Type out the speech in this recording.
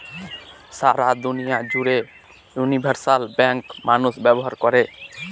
সারা দুনিয়া জুড়ে universal bank মানুষ ব্যবহার করে